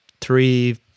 three